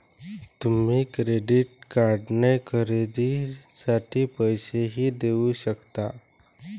तुम्ही क्रेडिट कार्डने खरेदीसाठी पैसेही देऊ शकता